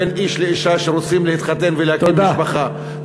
בין איש ואישה שרוצים להתחתן ולהקים משפחה.